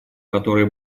которое